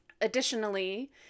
Additionally